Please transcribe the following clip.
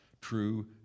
true